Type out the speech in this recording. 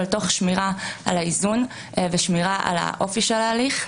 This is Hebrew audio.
אבל תוך שמירה על האיזון ושמירה על האופי של ההליך.